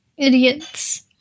idiots